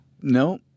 No